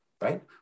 right